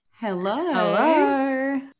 Hello